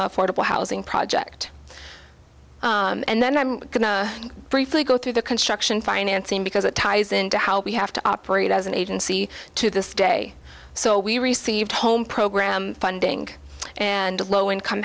affordable housing project and then i'm going to briefly go through the construction financing because it ties into how we have to operate as an agency to this day so we received home program funding and low income